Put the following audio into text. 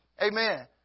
Amen